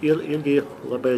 ir irgi labai